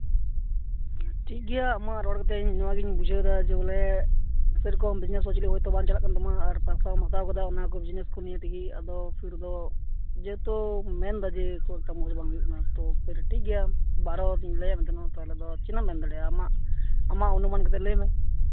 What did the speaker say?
ᱴᱷᱤᱠ ᱜᱮᱭᱟ ᱟᱢᱟᱜ ᱨᱚᱲ ᱠᱟᱛᱮᱜ ᱤᱧ ᱱᱚᱣᱟ ᱜᱤᱧ ᱵᱩᱡᱷᱟᱹᱣᱫᱟ ᱵᱚᱞᱮ ᱥᱮᱭᱨᱚᱠᱚᱢ ᱵᱤᱡᱽᱱᱮᱥ ᱦᱚᱸ ᱪᱮᱞᱮᱡᱽ ᱦᱚᱭᱛᱳ ᱵᱟᱝ ᱪᱟᱞᱟᱜ ᱠᱟᱱ ᱛᱟᱢᱟ ᱟᱨ ᱯᱚᱭᱥᱟ ᱦᱟᱛᱟᱣ ᱠᱟᱫᱟ ᱚᱱᱟ ᱠᱚ ᱡᱤᱱᱤᱥ ᱠᱚ ᱱᱤᱭᱮ ᱛᱮᱜᱮ ᱟᱫᱚ ᱚᱥᱩᱵᱤᱫᱷᱟ ᱫᱚ ᱡᱮᱦᱮᱛᱩ ᱢᱮᱱᱫᱟ ᱡᱮ ᱠᱷᱩᱵ ᱮᱠᱴᱟ ᱢᱚᱡᱽ ᱵᱟᱝ ᱦᱩᱭᱩᱜ ᱠᱟᱱᱟ ᱛᱳ ᱴᱷᱤᱠ ᱜᱮᱭᱟ ᱵᱟᱨᱚ ᱫᱤᱱᱞᱮ ᱮᱢ ᱠᱟᱜ ᱢᱮ ᱛᱟᱦᱮᱱ ᱟᱞᱮᱫᱚ ᱛᱤᱱᱟᱹᱜ ᱮᱢ ᱫᱟᱲᱮᱭᱟᱜᱼᱟ ᱟᱢᱟᱜ ᱟᱢᱟᱜ ᱩᱱᱩᱢᱟᱱ ᱠᱟᱛᱮᱜ ᱞᱟᱹᱭ ᱢᱮ